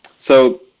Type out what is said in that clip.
so